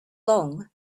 long